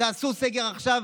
תעשו סגר עכשיו,